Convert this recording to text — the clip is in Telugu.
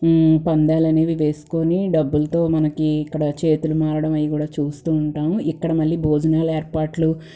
పందేలనేవి వేసుకోనే డబ్బుల్తో మనకి ఇక్కడ చేతులు మారడం అవి కూడా చూస్తూ ఉంటాము ఇక్కడ మళ్ళీ భోజనాలు ఏర్పాట్లు